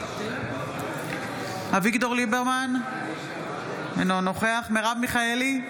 בעד אביגדור ליברמן, אינו נוכח מרב מיכאלי,